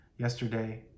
yesterday